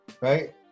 right